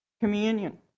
communion